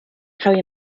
harry